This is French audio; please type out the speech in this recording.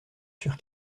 sur